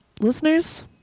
listeners